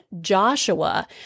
Joshua